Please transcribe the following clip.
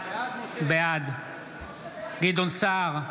בעד גדעון סער,